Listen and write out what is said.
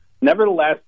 Nevertheless